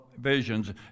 visions